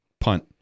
punt